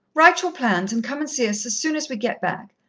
write your plans, and come and see us as soon as we get back.